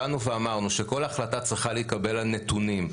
באנו ואמרנו שכל החלטה צריכה להתקבל על נתונים.